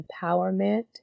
empowerment